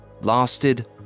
lasted